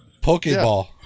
Pokeball